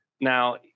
Now